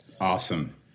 awesome